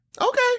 Okay